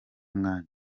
mwanya